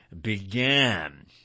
began